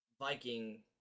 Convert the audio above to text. Viking